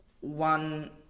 one